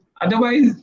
otherwise